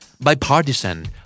Bipartisan